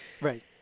Right